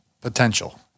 potential